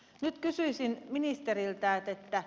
nyt kysyisin ministeriltä